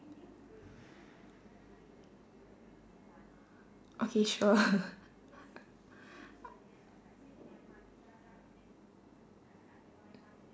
okay sure